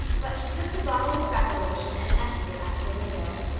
but she took the bottle of freckle lotion and emptied it out of the window.